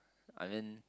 I mean